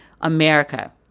America